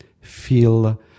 feel